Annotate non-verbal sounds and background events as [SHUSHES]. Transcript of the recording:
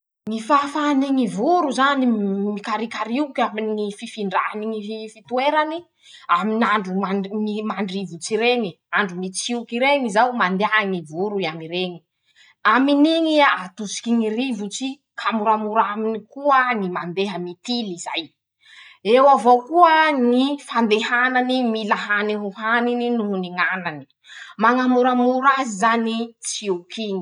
Ñy fahafahany ñy voro zany mim mikariokarioky aminy ñy fifindrany ñy toerany. aminy ñ'andro mandrii mandrivotsy reñy. andro mitsioky reñy zao mandeha ñy voro i amy reñy ;amin'iñy i a atosiky ñy rivotsy ka moramora aminy koa ñy mandeha mitily i zay; [SHUSHES] eo avao koa ñy fandehanany mila hany ho haniny noho ny ñ'anany. [SHUSHES] mañamoramora azy zany tsioky iñy.